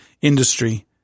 industry